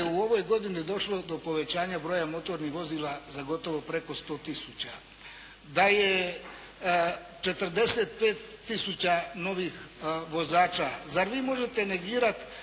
u ovoj godini došlo do povećanja broja motornih vozila za gotovo preko 100 tisuća. Da je 45 tisuća novih vozača. Zar vi možete negirati